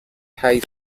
high